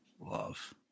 Love